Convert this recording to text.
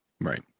right